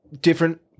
different